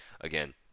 again